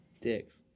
Dicks